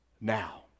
now